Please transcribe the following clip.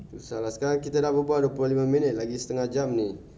sekarang kita dah bebual dua puluh lima minit lagi setengah jam ni